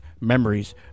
Memories